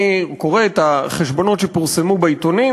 אני קורא את החשבונות שפורסמו בעיתונים,